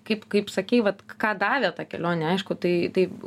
kaip kaip sakei vat ką davė ta kelionė aišku tai taip